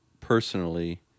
personally